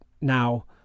now